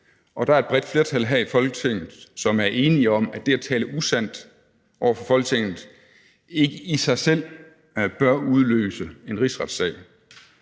Og der er et bredt flertal her i Folketinget, som er enige om, at det at tale usandt over for Folketinget ikke i sig selv bør udløse en rigsretssag.